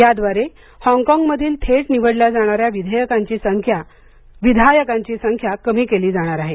याद्वारे हाँगकाँगमधील थेट निवडल्या जाणाऱ्या विधायकांची संख्या कमी केली जाणार आहे